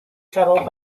settled